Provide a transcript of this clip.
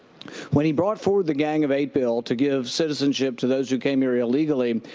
when he brought forward the gang of eight bill to give citizenship to those who came here illegally,